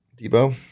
Debo